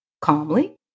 calmly